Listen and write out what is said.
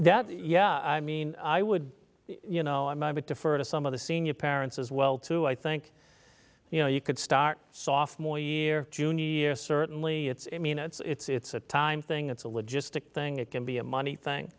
that yeah i mean i would you know i might get to further some of the senior parents as well too i think you know you could start soft more year junior year certainly it's i mean it's a time thing it's a logistic thing it can be a money thing